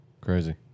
Crazy